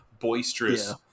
boisterous